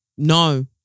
no